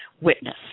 witness